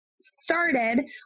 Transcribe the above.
started